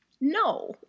No